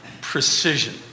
precision